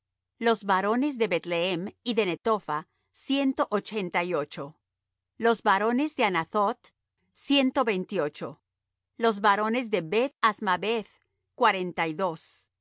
los varones de beth-lehem y de netopha ciento ochenta y ocho los varones de anathoth ciento veintiocho los varones de beth azmaveth cuarenta y dos